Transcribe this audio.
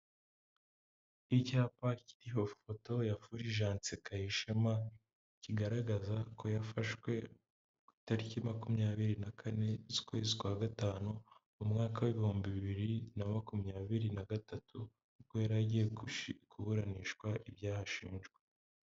Icyapa kiriho foto ya Fulgence Kayishema, kigaragaza ko yafashwe ku itariki makumyabiri na kane z'ukwezi kwa gatanu, mu mwaka w'ibihumbi bibiri na makumyabiri na gatatu, ubwo yari agiye kuburanishwa ibyaha ashinjwa.